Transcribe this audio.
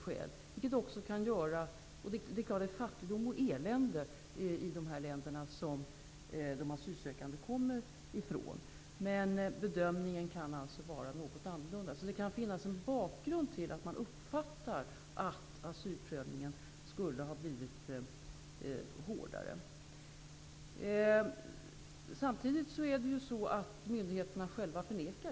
Det är klart att det råder fattigdom och elände i de länder som de asylsökande kommer ifrån, men bedömningen kan ändå vara något annorlunda. Det kan alltså finnas en bakgrund till att man uppfattar att asylprövningen skulle ha blivit hårdare. Samtidigt förnekar myndigheterna själva detta.